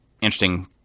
interesting